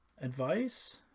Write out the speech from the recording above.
advice